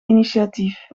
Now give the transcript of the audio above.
initiatief